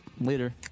Later